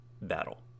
battle